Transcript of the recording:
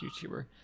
YouTuber